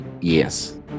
Yes